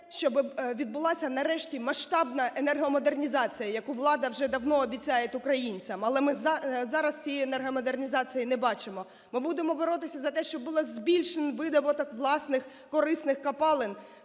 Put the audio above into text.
щоб відбулася, нарешті, масштабнаенергомодернізація, яку влада вже давно обіцяє українцям. Але ми зараз цієї модернізації не бачимо. Ми будемо боротися за те, щоб був збільшений видобуток власних корисних копалень